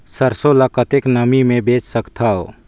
सरसो ल कतेक नमी मे बेच सकथव?